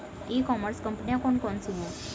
E commerce कंपनियाँ कौन कौन सी हैं?